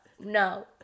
No